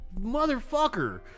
Motherfucker